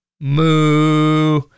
Moo